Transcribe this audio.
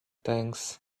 thanks